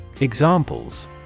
Examples